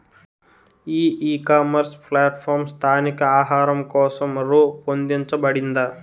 ఈ ecommerce platform స్థానిక ఆహారం కోసం రూపొందించబడిందా?